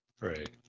right